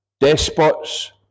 despots